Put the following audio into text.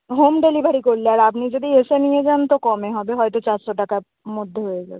home delivery করলে আর আপনি যদি এসে নিয়ে যান তো কমে হবে হয়তো চারশো টাকার মধ্যে হয়ে যাবে